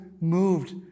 moved